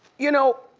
you know,